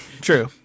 True